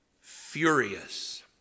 furious